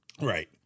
Right